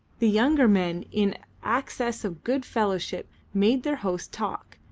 the younger men in an access of good fellowship made their host talk,